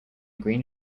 green